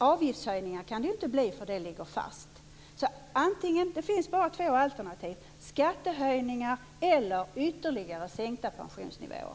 Avgiftshöjningar kan det ju inte bli, eftersom avgifterna ligger fast. Det finns bara två alternativ: skattehöjningar eller ytterligare sänkta pensionsnivåer.